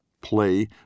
Play